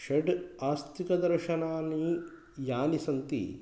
षट् आस्तिकदर्शनानि यानि सन्ति